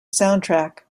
soundtrack